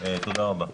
תודה רבה.